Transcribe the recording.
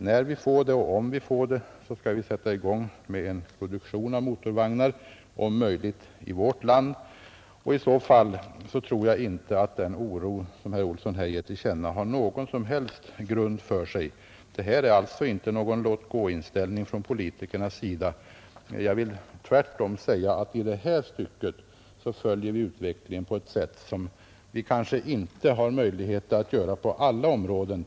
När vi får det, och om vi får det, skall vi sätta i gång en produktion, om möjligt i vårt land. Och i så fall tror jag inte att den oro som herr Olsson givit till känna har någon som helst grund. Det är alltså inte fråga om någon låt-gå-inställning från politikernas sida. Jag vill tvärtom säga att i det här stycket följer vi utvecklingen på ett sätt som vi kanske inte har möjlighet att göra på alla områden.